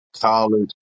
college